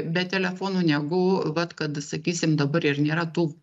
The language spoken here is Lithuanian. be telefonų negu vat kad sakysim dabar ir nėra tų